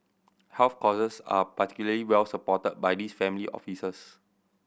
health causes are particularly well supported by these family offices